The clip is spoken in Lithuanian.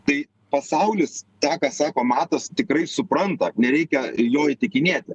tai pasaulis tą ką sako matas tikrai supranta nereikia jo įtikinėti